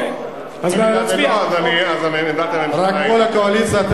רק כל הקואליציה,